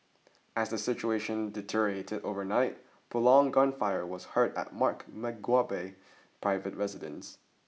as the situation deteriorated overnight prolonged gunfire was heard at Mark Mugabe private residence